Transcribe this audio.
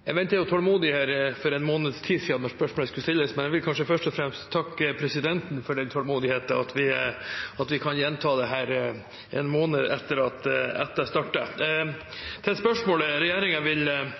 Jeg ventet tålmodig her for en måneds tid siden, da spørsmålet skulle stilles, men jeg vil kanskje først og fremst takke presidenten for tålmodigheten og for at vi kan gjenta det en måned etter. Til spørsmålet: Regjeringen vil